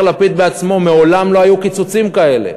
אומר לפיד בעצמו: מעולם לא היו קיצוצים כאלה.